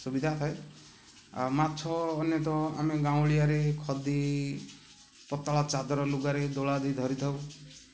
ସୁବିଧା ଥାଏ ଆଉ ମାଛ ଅନ୍ୟତଃ ଆମେ ଗାଉଁଳିଆରେ ଖଦି ପତଳା ଚାଦର ଲୁଗାରେ ଦୋଳା ଦେଇି ଧରିଥାଉ